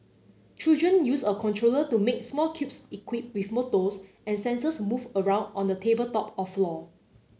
children use a controller to make small cubes equipped with motors and sensors move around on a tabletop or floor